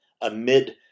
amid